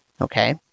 okay